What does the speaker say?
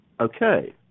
okay